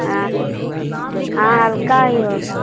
हाँ हाँ हल्का ही होगा